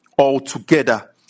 altogether